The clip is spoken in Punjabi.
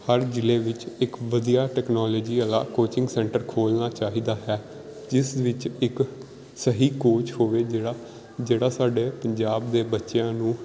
ਹਰ ਜਿਲ੍ਹੇ ਵਿੱਚ ਇੱਕ ਵਧੀਆ ਟੈਕਨੋਲੋਜੀ ਵਾਲਾ ਕੋਚਿੰਗ ਸੈਂਟਰ ਖੋਲਣਾ ਚਾਹੀਦਾ ਹੈ ਜਿਸ ਵਿੱਚ ਇੱਕ ਸਹੀ ਕੋਚ ਹੋਵੇ ਜਿਹੜਾ ਜਿਹੜਾ ਸਾਡੇ ਪੰਜਾਬ ਦੇ ਬੱਚਿਆਂ ਨੂੰ